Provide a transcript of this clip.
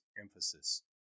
emphasis